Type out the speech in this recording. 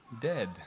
dead